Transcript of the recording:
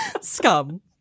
scum